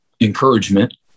encouragement